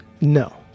No